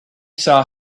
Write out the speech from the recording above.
saw